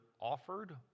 offered